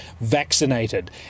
vaccinated